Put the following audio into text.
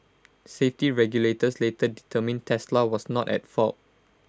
safety regulators later determined Tesla was not at fault